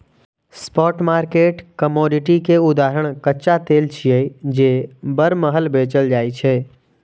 spot market commodity के उदाहरण कच्चा तेल छियै, जे बरमहल बेचल जाइ छै